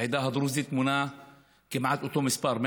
העדה הדרוזית מונה כמעט אותו מספר,